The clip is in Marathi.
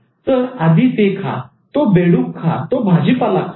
तर आधी ते खा तो बेडूक खा तो भाजीपाला खा